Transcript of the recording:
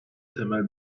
temel